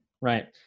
right